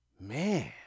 Man